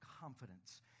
Confidence